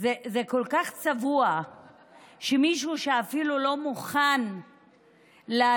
זה כל כך צבוע כשמישהו שאפילו לא מוכן להגיד